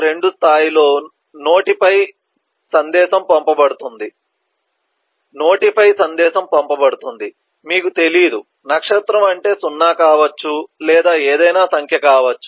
2 స్థాయిలో నోటిఫై సందేశం పంపబడుతుంది మీకు తెలియదు నక్షత్రం అంటే 0 కావచ్చు లేదా ఏదైనా సంఖ్య కావచ్చు